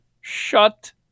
Shut